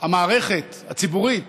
המערכת הציבורית